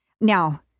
now